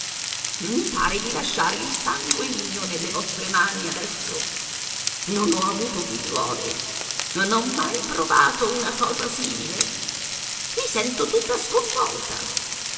i pare di lasciare il sangue mio nelle vostre mani adesso non ho avuto figliuole non ho mai provato una cosa simile i sento tutta sconvolta